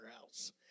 House